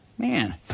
man